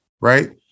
Right